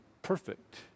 Perfect